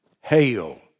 Hail